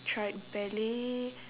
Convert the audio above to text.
tried ballet